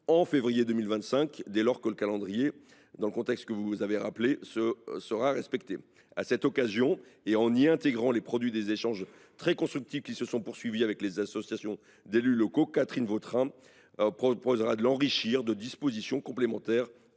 en février 2025 si le contexte particulier que vous avez évoqué le permet. À cette occasion, et en y intégrant le produit des échanges très constructifs qui se sont poursuivis avec les associations d’élus locaux, Catherine Vautrin proposera de l’enrichir de dispositions complémentaires